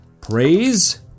Praise